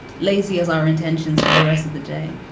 lazy as our intentions for the rest of the day.